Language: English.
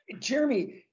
Jeremy